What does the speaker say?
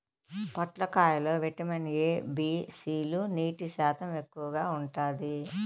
పొట్లకాయ లో vitamin A, B, C లు, నీటి శాతం ఎక్కువగా ఉంటాది